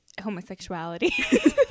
homosexuality